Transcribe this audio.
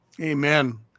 Amen